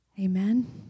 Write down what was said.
Amen